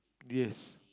yes